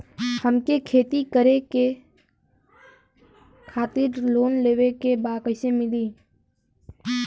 हमके खेती करे खातिर लोन लेवे के बा कइसे मिली?